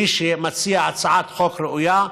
מי שמציע הצעת חוק ראויה,